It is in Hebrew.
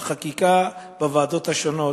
בחקיקה בוועדות השונות,